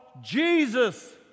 Jesus